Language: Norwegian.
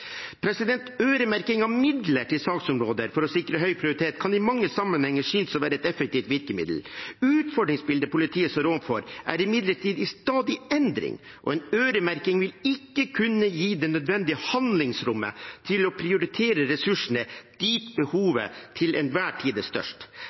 Øremerking av midler til saksområder for å sikre høy prioritet kan i mange sammenhenger synes å være et effektivt virkemiddel. Utfordringsbildet politiet står overfor, er imidlertid i stadig endring, og en øremerking vil ikke kunne gi det nødvendige handlingsrommet til å prioritere ressursene dit